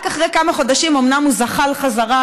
רק אחרי כמה חודשים הוא אומנם זחל חזרה